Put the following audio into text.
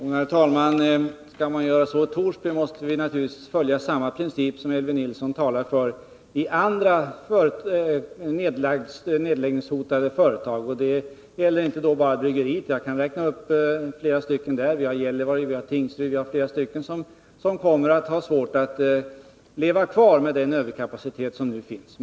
Herr talman! Skall vi göra så i Torsby måste vi naturligtivs följa samma princip, som Elvy Nilsson talar för, beträffande andra nedläggningshotade företag. Och då gäller det inte bara detta bryggeri. I Gällivare och Tingsryd och på flera andra ställen kommer man att ha svårt att leva kvar med den överkapacitet som finns.